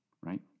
right